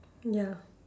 ya